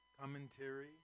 commentary